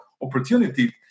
opportunity